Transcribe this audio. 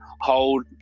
hold